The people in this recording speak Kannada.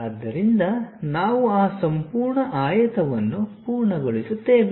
ಆದ್ದರಿಂದ ನಾವು ಆ ಸಂಪೂರ್ಣ ಆಯತವನ್ನು ಪೂರ್ಣಗೊಳಿಸುತ್ತೇವೆ